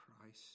Christ